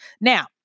Now